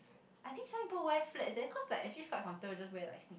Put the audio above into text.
I think some people wear flats eh cause like actually is quite comfortable you just wear like sneak~